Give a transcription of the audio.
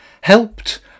helped